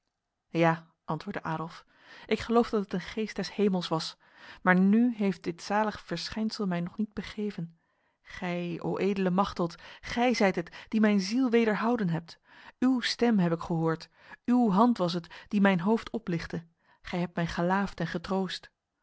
ja antwoordde adolf ik geloof dat het een geest des hemels was maar nu heeft dit zalig verschijnsel mij nog niet begeven gij o edele machteld gij zijt het die mijn ziel wederhouden hebt uw stem heb ik gehoord uw hand was het die mijn hoofd oplichtte gij hebt mij gelaafd en getroost